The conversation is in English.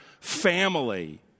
family